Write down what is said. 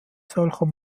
solcher